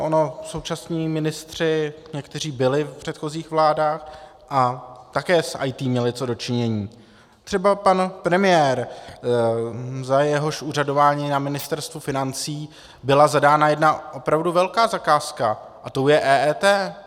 Ono současní ministři, kteří byli v předchozích vládách a také s IT měli co do činění, třeba pan premiér, za jehož úřadování na Ministerstvu financí byla zadána jedna opravdu velká zakázka, a tou je EET.